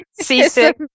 Seasick